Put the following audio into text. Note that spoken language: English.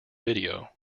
video